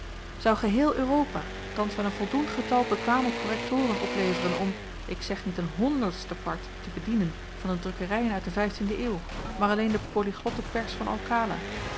zou geheel europa thans wel een voldoend getal bekwame korrektoren opleveren om ik zeg niet een honderdste part te bedienen van de drukkerijen uit de vijftiende eeuw maar alleen de polyglotte pers van alkala